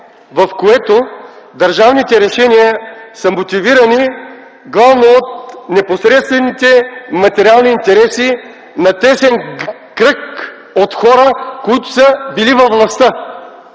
в което държавните решения са мотивирани главно от непосредствените материални интереси на тесен кръг от хора, които са били във властта.